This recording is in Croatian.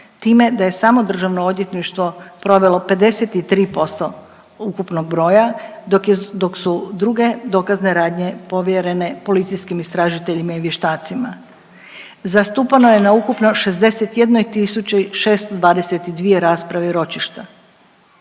time da je samo državno odvjetništvo provelo 53% ukupnog broja, dok je, dok su druge dokazne radnje povjerene policijskim istražiteljima i vještacima. Zastupano je na ukupno 61 tisući 622 rasprave i ročišta.